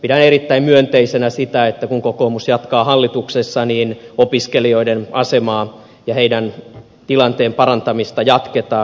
pidän erittäin myönteisenä sitä että kun kokoomus jatkaa hallituksessa niin opiskelijoiden asemaa ja heidän tilanteensa parantamista jatketaan